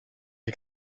est